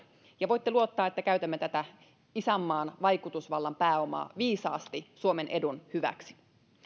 ja voitte luottaa siihen että käytämme tätä isänmaan vaikutusvallan pääomaa viisaasti suomen edun hyväksi